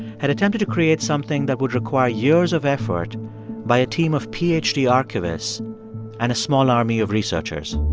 had attempted to create something that would require years of effort by a team of ph d. archivists and a small army of researchers